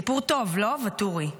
סיפור טוב, לא, ואטורי?